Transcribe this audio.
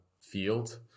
field